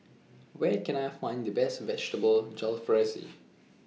Where Can I Find The Best Vegetable Jalfrezi